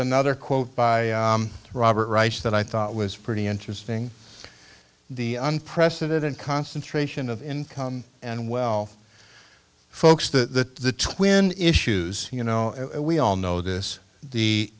another quote by robert reich that i thought was pretty interesting the unprecedented concentration of income and well folks the twin issues you know we all know this the